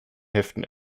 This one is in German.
heften